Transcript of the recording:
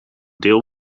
deel